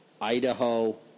Idaho